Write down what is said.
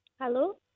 Hello